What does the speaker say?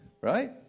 Right